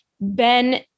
Ben